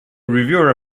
reviewer